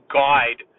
guide